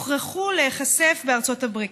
הוכרחו להיחשף בארצות הברית.